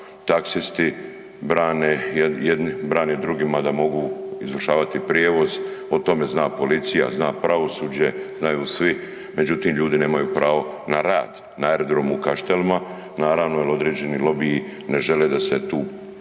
taksisti brane drugima da mogu izvršavati prijevoz, o tome zna policija, zna pravosuđe, znaju svi, međutim, ljudi nemaju pravo na rad na aerodromu u Kaštelima. Naravno, jer određeni lobiji ne žele da se tu pojavljuju